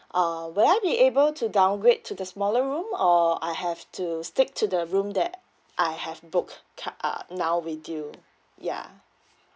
uh will I be able to downgrade to the smaller room or I have to stick to the room that I have book ka~ uh now with you ya